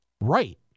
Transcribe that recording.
Right